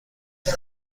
زدی